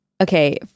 Okay